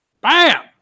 Bam